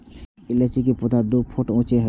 इलायची के पौधा दू फुट ऊंच होइ छै